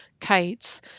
kites